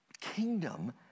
kingdom